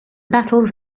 battles